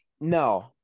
no